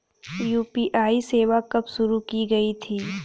UPI सेवा कब शुरू की गई थी?